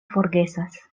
forgesas